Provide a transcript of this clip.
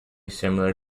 similar